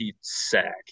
sack